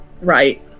right